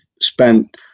spent